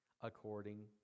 according